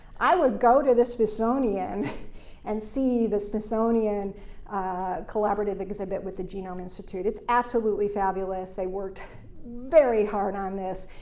i would go to the smithsonian and see the smithsonian collaborative exhibit with the genome institute. it's absolutely fabulous. they worked very hard on this.